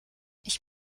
ich